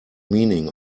meaning